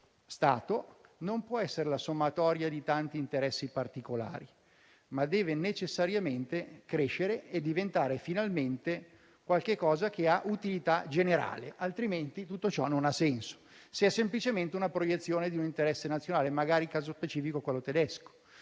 Stato, non può essere la sommatoria di tanti interessi particolari, ma deve necessariamente crescere e diventare finalmente qualcosa che ha utilità generale; altrimenti, tutto ciò non ha senso e si è semplicemente una proiezione di un interesse nazionale, magari, nel caso specifico di quello tedesco.